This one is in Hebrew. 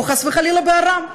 או חס וחלילה בא-ראם?